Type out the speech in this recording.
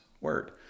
Word